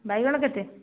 ବାଇଗଣ କେତେ